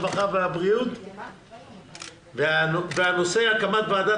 הרווחה והבריאות בנושא: הקמת ועדת